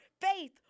faith